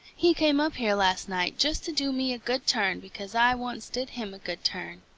he came up here last night just to do me a good turn because i once did him a good turn.